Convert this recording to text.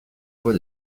voie